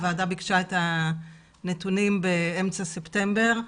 הוועדה ביקשה את הנתונים באמצע ספטמבר,